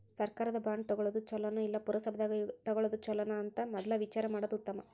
ಸರ್ಕಾರದ ಬಾಂಡ ತುಗೊಳುದ ಚುಲೊನೊ, ಇಲ್ಲಾ ಪುರಸಭಾದಾಗ ತಗೊಳೊದ ಚುಲೊನೊ ಅಂತ ಮದ್ಲ ವಿಚಾರಾ ಮಾಡುದ ಉತ್ತಮಾ